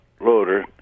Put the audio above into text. loader